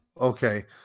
Okay